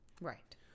Right